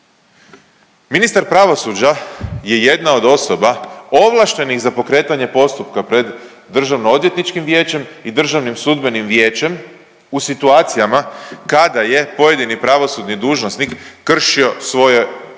Ministar pravosuđa je jedna od osoba, ovlaštenih za pokretanje postupka pred Državnoodvjetničkim vijećem i Državnim sudbenim vijećem u situacijama kada je pojedini pravosudni dužnosnik kršio svoje ovlasti,